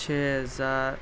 چھ ہزار